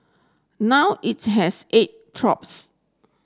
now it has eight troops